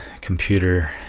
computer